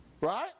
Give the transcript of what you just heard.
Right